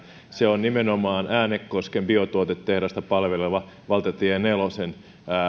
se on nimenomaan äänekosken biotuotetehdasta palveleva valtatie nelosen